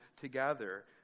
together